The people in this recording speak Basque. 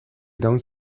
iraun